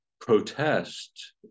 protest